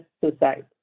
suicide